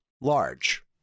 Large